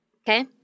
Okay